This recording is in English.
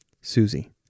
Susie